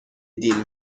دین